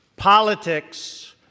politics